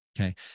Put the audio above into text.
Okay